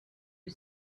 who